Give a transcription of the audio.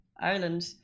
Ireland